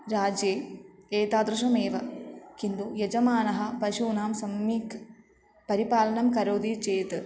राज्ये एतादृशमेव किन्तु यजमानः पशूनां सम्यक् परिपालनं करोति चेत्